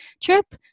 trip